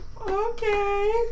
Okay